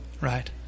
right